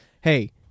Hey